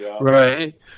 Right